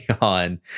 on